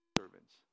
servants